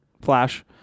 Flash